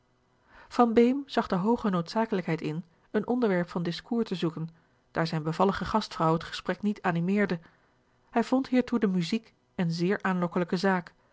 zag de hooge noodzakelijkheid in een onderwerp van discours te zoeken daar zijne bevallige gastvrouw het gesprek niet animeerde hij vond hiertoe de muziek eene zeer aanlokkelijke zaak